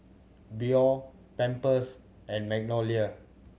Biore Pampers and Magnolia